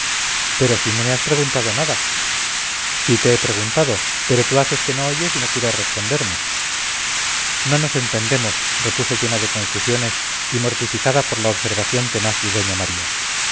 pero si no me has preguntado nada sí te he preguntado pero tú haces que no oyes y no quieres responderme no nos entendemos repuso llena de confusiones y mortificada por la observación tenaz de doña maría